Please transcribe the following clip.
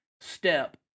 step